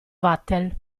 vatel